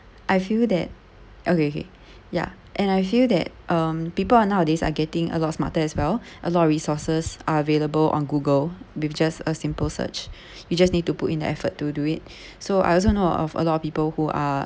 I feel that okay okay ya and I feel that um people are nowadays are getting a lot smarter as well a lot of resources are available on google with just a simple search you just need to put in the effort to do it so I also of a lot of people who are